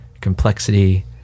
complexity